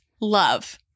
love